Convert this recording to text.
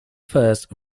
first